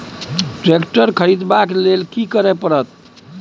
Tractor खरीदबाक लेल की करय परत?